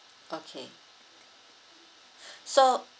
okay so